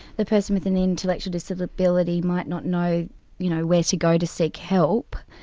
the person with and the intellectual disability might not know you know where to go to seek help,